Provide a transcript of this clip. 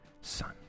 son